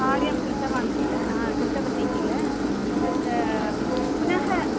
कार्यं कृतवान् किल कृतवती किल तत् पुनः